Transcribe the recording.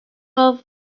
for